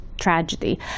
tragedy